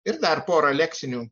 ir dar pora leksinių